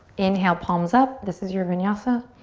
inhale, palms up. this is your vinyasa.